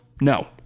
No